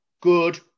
good